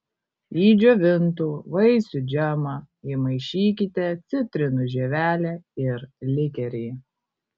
į džiovintų vaisių džemą įmaišykite citrinų žievelę ir likerį